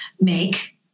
make